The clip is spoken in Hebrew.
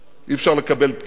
אי-אפשר לקבל פגיעה